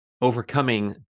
overcoming